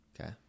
Okay